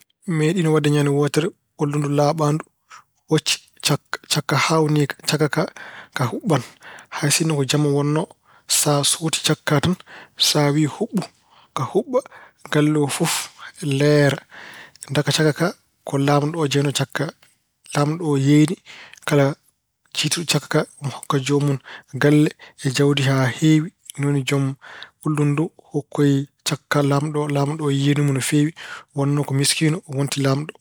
Meeɗii waɗde ñande wootere ullundu laaɓaandu hocci cakka. Cakka haawniika, cakka ka ka yuɓɓan. Hayi sinno ko jamma wonnoo, sa suutii cakka tan sa wiyi yuɓɓu ka yuɓɓa galle o fof leera. Ndaka cakka ka ko laamɗo o jeynoo cakka ka. Laamɗo o yeeyni kala njiytuɗo cakka ka omo hokka joomum galle e jawdi haa heewi. Jom ullundu ndu hokkoyi cakka ka laamɗo o. laamɗo o yeeni mo no feewi. O wonnoo ko miskiino, o wonti laamɗo.